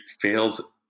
fails